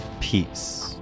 peace